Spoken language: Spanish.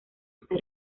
está